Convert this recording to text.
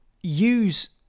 use